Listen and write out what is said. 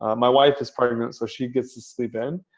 um my wife is pregnant so she gets to sleep in.